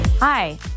Hi